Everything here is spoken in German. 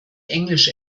englisch